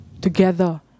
together